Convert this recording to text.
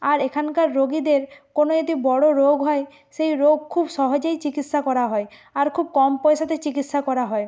আর এখানকার রোগীদের কোনো যদি বড়ো রোগ হয় সেই রোগ খুব সহজেই চিকিৎসা করা হয় আর খুব কম পয়সাতে চিকিৎসা করা হয়